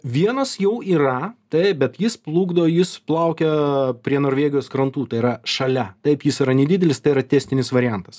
vienas jau yra taip bet jis plukdo jis plaukia prie norvegijos krantų tai yra šalia taip jis yra nedidelis tai yra testinis variantas